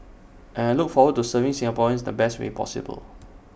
and look forward to serving Singaporeans in the best way possible